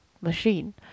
machine